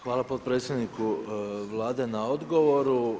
Hvala potpredsjedniku Vlade na odgovoru.